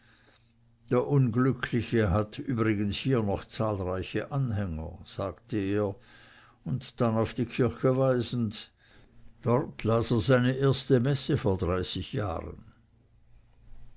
der unglückliche hat übrigens hier noch zahlreiche anhänger sagte er und dann auf die kirche weisend dort las er seine erste messe vor dreißig jahren